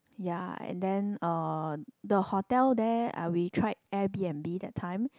ya and then uh the hotel there uh we tried Airbnb that time